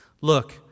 Look